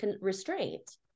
restraint